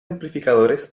amplificadores